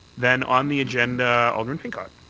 then on the agenda, alderman pincott.